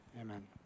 Amen